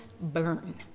burn